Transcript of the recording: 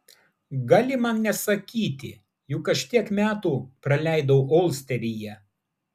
gali man nesakyti juk aš tiek metų praleidau olsteryje